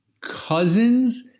Cousins